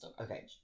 okay